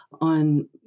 on